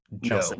Joe